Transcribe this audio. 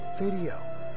video